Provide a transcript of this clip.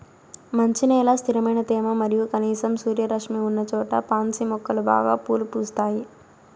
మంచి నేల, స్థిరమైన తేమ మరియు కనీసం సూర్యరశ్మి ఉన్నచోట పాన్సి మొక్కలు బాగా పూలు పూస్తాయి